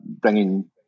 bringing